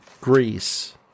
Greece